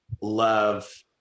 love